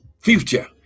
future